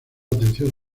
atención